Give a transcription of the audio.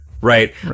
right